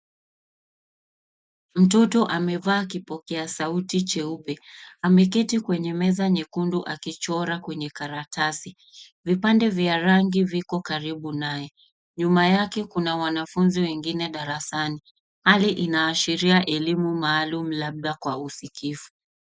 Mtoto amevaa kipokea sauti cheupe ameketi kwenye meza nyekundu akichora kwenye karatasi vipande vya rangi viko karibu naye nyuma yake kuna wanafunzi wengine darasani hali inaashiria elimu maalum labda kwa usikivu.